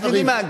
אתם יודעים מה?